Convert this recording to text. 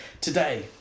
today